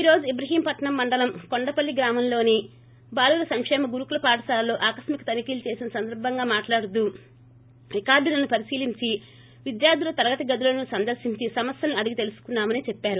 ఈ రోజు ఇబ్రహీంపట్సం మండలం కొండపల్ల్ గ్రామంలోని బాలుర సంకేమ గురుకుల పాఠశాలలో ఆకస్మిక తనిఖీలు చేసిన సంద్సర్భంగా అయన మాట్లాడుతూ రికార్డులను పరిశీలించి విద్యార్డుల తరగతి గదులను సందర్శించి సమస్యలను అడిగి తెలుసుకున్నామని చెప్పారు